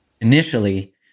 initially